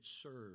served